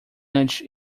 nudge